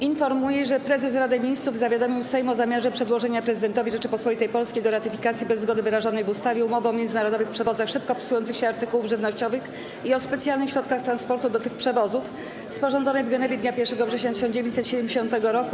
Informuję, że prezes Rady Ministrów zawiadomił Sejm o zamiarze przedłożenia prezydentowi Rzeczypospolitej Polskiej do ratyfikacji, bez zgody wyrażonej w ustawie: - Umowy o międzynarodowych przewozach szybko psujących się artykułów żywnościowych i o specjalnych środkach transportu do tych przewozów, sporządzonej w Genewie dnia 1 września 1970 r.